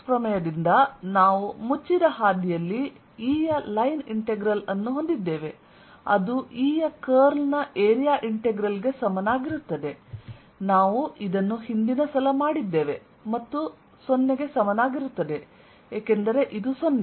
Stokes ಪ್ರಮೇಯದಿಂದ ನಾವು ಮುಚ್ಚಿದ ಹಾದಿಯಲ್ಲಿ E ಯ ಲೈನ್ ಇಂಟೆಗ್ರಲ್ ಅನ್ನು ಹೊಂದಿದ್ದೇವೆ ಅದು E ಯ ಕರ್ಲ್ ನ ಏರಿಯಾ ಇಂಟೆಗ್ರಲ್ ಗೆ ಸಮನಾಗಿರುತ್ತದೆ ನಾವು ಇದನ್ನು ಹಿಂದಿನ ಸಲ ಮಾಡಿದ್ದೇವೆ ಮತ್ತು 0 ಗೆ ಸಮನಾಗಿರುತ್ತದೆ ಏಕೆಂದರೆ ಇದು 0